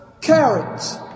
carrots